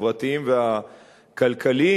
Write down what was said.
החברתיים והכלכליים,